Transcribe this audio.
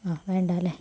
ആ വേണ്ട അല്ലേ